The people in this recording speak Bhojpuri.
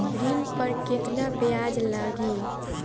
ऋण पर केतना ब्याज लगी?